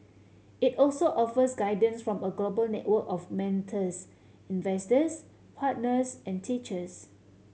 it also offers guidance from a global network of mentors investors partners and teachers